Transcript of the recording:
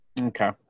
Okay